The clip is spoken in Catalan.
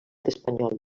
espanyol